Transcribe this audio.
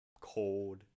cold